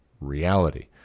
reality